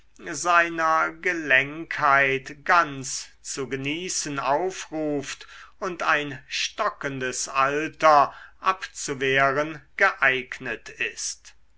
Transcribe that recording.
seiner gelenkheit ganz zu genießen aufruft und ein stockendes alter abzuwehren geeignet ist